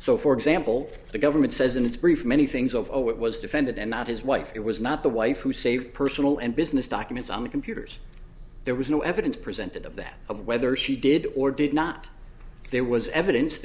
so for example the government says in its brief many things of oh it was defended and not his wife it was not the wife who saved personal and business documents on the computers there was no evidence presented of that of whether she did or did not there was evidence